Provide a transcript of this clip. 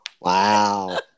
wow